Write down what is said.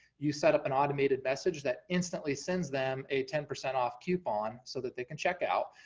you set up an automated message that instantly sends them a ten percent off coupon, so that they can check out,